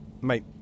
Mate